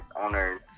owners